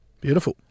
Beautiful